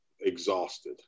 exhausted